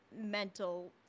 mental